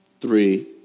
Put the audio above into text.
three